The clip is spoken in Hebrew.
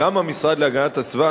גם המשרד להגנת הסביבה,